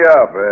up